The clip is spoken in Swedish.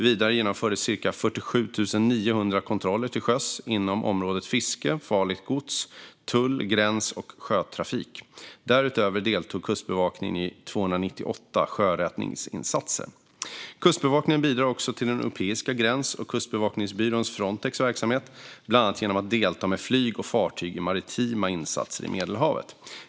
Vidare genomfördes cirka 47 900 kontroller till sjöss inom områdena fiske, farligt gods, tull, gräns och sjötrafik. Därutöver deltog Kustbevakningen i 298 sjöräddningsinsatser. Kustbevakningen bidrar också till den europeiska gräns och kustbevakningsbyrån Frontex verksamhet, bland annat genom att delta med flyg och fartyg i maritima insatser i Medelhavet.